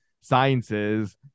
sciences